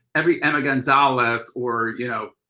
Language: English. every emma gonzalez or, you know,